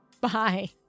Bye